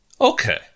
Okay